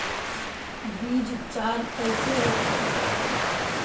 बीज उपचार कइसे होखे?